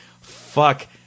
fuck